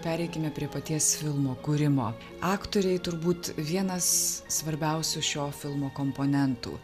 pereikime prie paties filmo kūrimo aktoriai turbūt vienas svarbiausių šio filmo komponentų